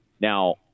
Now